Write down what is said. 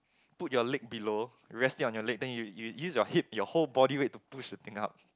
put your leg below rest it on your leg then you you use your hip your whole body weight to push the thing up